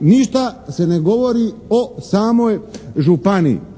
ništa se ne govori o samoj županiji.